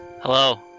hello